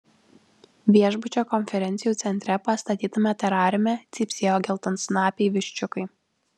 viešbučio konferencijų centre pastatytame terariume cypsėjo geltonsnapiai viščiukai